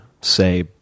say